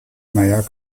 meyer